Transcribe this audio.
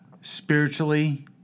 spiritually